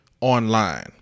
online